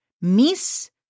mis